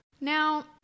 Now